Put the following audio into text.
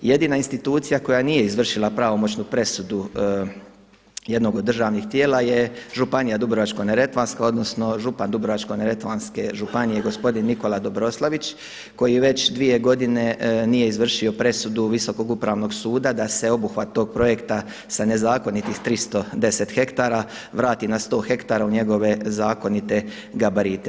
Jedina institucija koja nije izvršila pravomoćnu presudu jednog od državnih tijela je Županija Dubrovačko-neretvanska, odnosno župan dubrovačko-neretvanske županije gospodin Nikola Dobroslavić koji već dvije godine nije izvršio presudu Visokog upravnog suda da se obuhvat tog projekta sa nezakonitih 310 ha vrati na 100 ha u njegove zakonite gabarite.